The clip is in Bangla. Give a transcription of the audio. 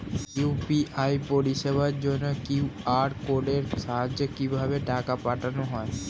ইউ.পি.আই পরিষেবার জন্য কিউ.আর কোডের সাহায্যে কিভাবে টাকা পাঠানো হয়?